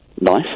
Nice